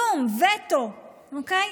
כלום, וטו, אוקיי?